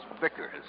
Vickers